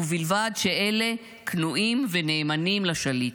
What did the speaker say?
ובלבד שאלה כנועים ונאמנים לשליט,